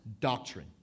doctrine